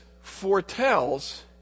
foretells